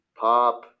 pop